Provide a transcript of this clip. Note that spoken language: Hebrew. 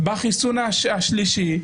בחיסון השלישי,